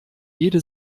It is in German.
jede